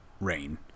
Rain